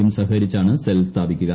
യും സഹകരിച്ചാണ് സെൽ സ്ഥാപിക്കുക